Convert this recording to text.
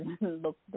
looked